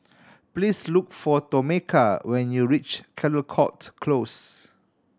please look for Tomeka when you reach Caldecott Close